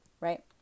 right